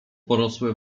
porosłe